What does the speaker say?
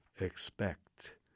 expect